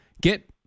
Get